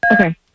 Okay